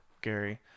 Gary